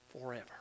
forever